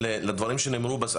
לדברים שנאמרו,